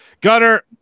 Gunner